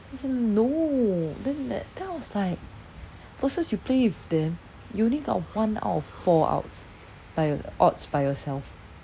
as in no then then then I was like versus you play with them you only got one out of four outs by your~ odds by yourself